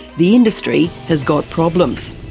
the industry has got problems.